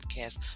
podcast